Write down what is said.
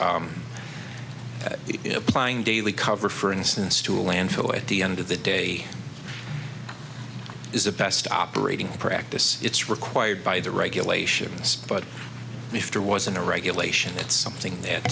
it applying daily cover for instance to a landfill at the end of the day is a best operating practice it's required by the regulations but if there wasn't a regulation it's something that